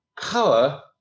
Power